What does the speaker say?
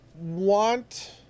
want